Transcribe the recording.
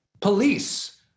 police